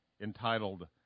entitled